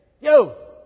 yo